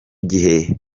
gihe